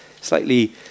slightly